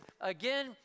again